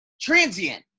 transient